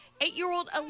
eight-year-old